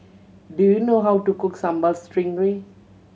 do you know how to cook Sambal Stingray